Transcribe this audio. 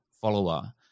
follower